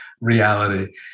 reality